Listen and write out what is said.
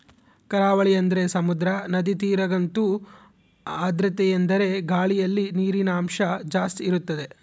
ಕರಾವಳಿ ಅಂದರೆ ಸಮುದ್ರ, ನದಿ ತೀರದಗಂತೂ ಆರ್ದ್ರತೆಯೆಂದರೆ ಗಾಳಿಯಲ್ಲಿ ನೀರಿನಂಶ ಜಾಸ್ತಿ ಇರುತ್ತದೆ